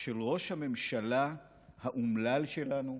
של ראש הממשלה האומלל שלנו,